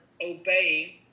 obeying